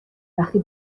وقتی